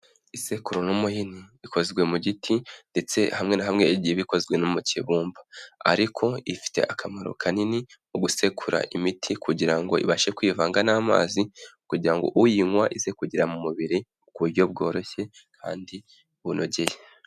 Isekuro n'umuhini, bikozwe mu giti ndetse hamwe na hamwe bigiye bikozwe no mu kibumba, ariko ifite akamaro kanini mu gusekura imiti kugira ngo ibashe kwivanga n'amazi kugira ngo uyinywa, ize kugera mu mubiri ku buryo bworoshye kandi bumunogeye.